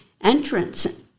entrance